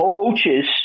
coaches